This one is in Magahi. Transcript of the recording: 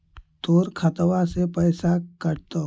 तोर खतबा से पैसा कटतो?